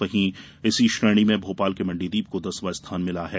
वहीं इसी श्रेणी में भोपाल के मंडीदीप को दसवां स्थान मिला है